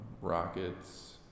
Rockets